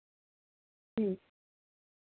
ठीक